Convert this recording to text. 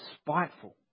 spiteful